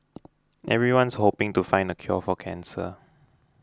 everyone's hoping to find the cure for cancer